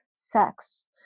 sex